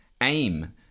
Aim